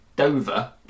Dover